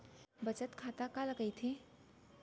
बचत खाता काला कहिथे?